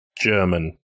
German